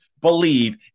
believe